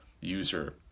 user